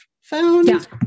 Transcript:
found